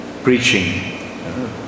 preaching